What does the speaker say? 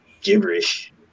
gibberish